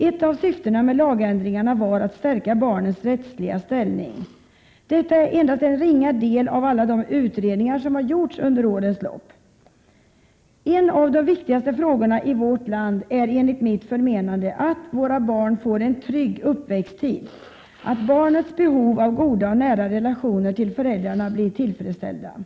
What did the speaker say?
Ett av syftena med lagändringarna var att stärka barnens rättsliga ställning. Detta är endast en ringa del av vad som har tagits upp i alla de utredningar som gjorts under årens lopp. En av de viktigaste frågorna i vårt land är enligt mitt förmenande att våra barn får en trygg uppväxttid — att barnets behov av goda och nära relationer 39 till föräldrarna blir tillfredsställda. Prot.